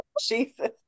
Jesus